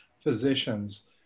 physicians